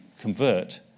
convert